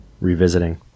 revisiting